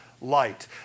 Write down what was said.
light